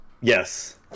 Yes